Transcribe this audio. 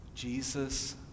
Jesus